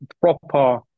proper